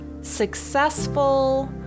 successful